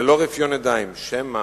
ללא רפיון ידיים, שמא